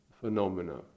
phenomena